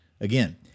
Again